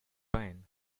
rain